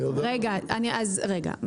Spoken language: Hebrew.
אני רוצה לוודא שאנחנו מבינים את הדברים.